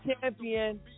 champion